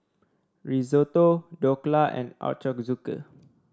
Risotto Dhokla and Ochazuke